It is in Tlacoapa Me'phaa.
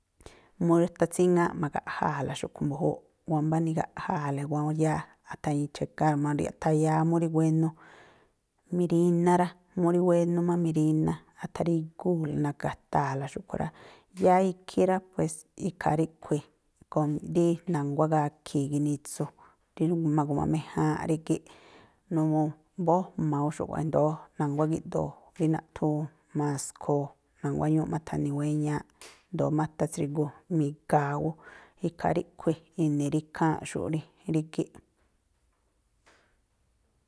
Mu rí athatsíŋááꞌ ma̱gaꞌjáa̱la xúꞌkhui̱ mbu̱júúꞌ, wámbá nigaꞌjáa̱la athañi̱i chekár mu riꞌ, athayáá mú rí buénú, miríná rá, mú rí buénú má miríná, atharígúu̱ na̱ka̱taa̱la xúꞌkhui̱ rá. Yáá ikhí rá pues ikhaa ríꞌkhui̱ rí na̱nguá gakhi̱i̱ ginitsu rí ma̱gu̱maméjáánꞌ rígíꞌ. Numuu mbójma̱ ú na̱nguá gíꞌdoo rí naꞌthúún maskhoo, na̱guá ñúúꞌ ma̱tha̱ni̱ wéñaa̱ꞌ. I̱ndóó má athatsrigu mi̱ga̱a̱ ú. Ikhaa ríꞌkhui̱ i̱ni̱ rí ikháa̱nꞌxu̱ꞌ rí rígíꞌ.